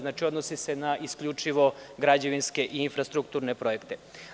Znači, odnosi se isključivo na građevinske i infrastrukturne objekte.